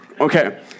Okay